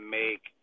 make